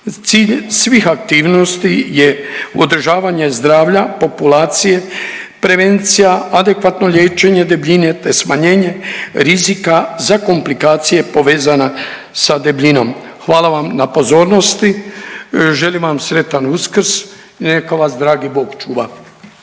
Cilj svih aktivnosti je održavanje zdravlja populacije, prevencija, adekvatno liječenje debljine te smanjenje rizika za komplikacije povezana sa debljinom. Hvala vam na pozornosti, želim vam sretan Uskrs i neka vas dragi Bog čuva.